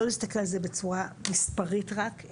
לא להסתכל על זה בצורה מספרית רק,